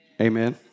Amen